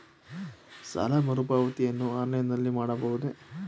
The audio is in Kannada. ಸಾಲ ಮರುಪಾವತಿಯನ್ನು ಆನ್ಲೈನ್ ನಲ್ಲಿ ಮಾಡಬಹುದೇ?